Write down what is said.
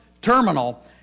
Terminal